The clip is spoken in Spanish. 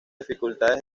dificultades